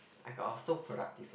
I got off so productive